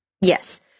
Yes